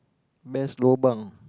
best lobang